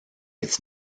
its